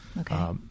Okay